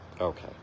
Okay